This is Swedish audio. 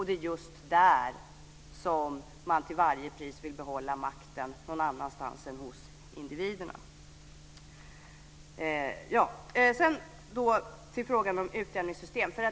Det är just där som man till varje pris vill behålla makten någon annanstans än hos individerna. Sedan till frågan om utjämningssystem.